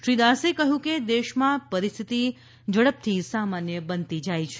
શ્રી દાસે કહ્યું કે દેશમાં પરિસ્થિતિ ઝડપથી સામાન્ય બનતી જાય છે